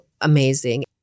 amazing